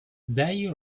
they